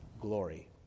glory